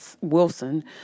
Wilson